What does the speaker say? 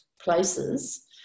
places